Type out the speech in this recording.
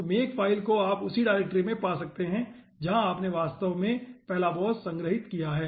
तो makefile को आप उसी डायरेक्टरी में पा सकते हैं जहां आपने वास्तव में Palabos संग्रहीत किया है